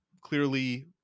clearly